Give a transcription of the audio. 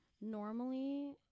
normally